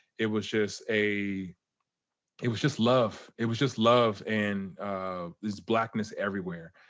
it was just a it was just love. it was just love, and this blackness everywhere.